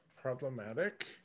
problematic